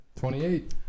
28